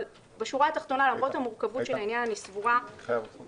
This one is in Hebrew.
אבל בשורה התחתונה למרות המורכבות של העניין אני סבורה שגם